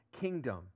kingdom